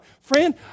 Friend